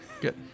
Good